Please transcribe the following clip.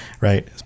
right